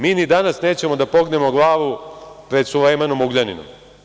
Mi ni danas nećemo da pognemo glavu pred Sulejmanom Ugljaninom.